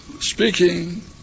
speaking